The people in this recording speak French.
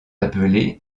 appelés